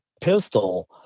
pistol